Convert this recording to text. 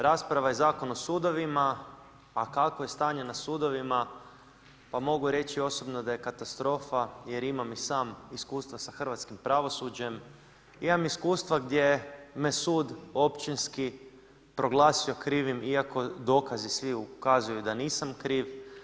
Rasprava je Zakon o sudovima, a kakvo je stanje na sudovima, pa mogu reći osobno da je katastrofa, jer imam i sam iskustva sa hrvatskim pravosuđem, imam iskustva, gdje me sud općinski proglasio krivim, iako dokazi svi ukazuju da nisam kriv.